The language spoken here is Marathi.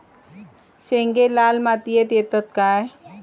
शेंगे लाल मातीयेत येतत काय?